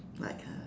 like uh